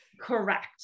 correct